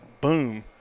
boom